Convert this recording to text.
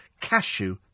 cashew